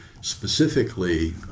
specifically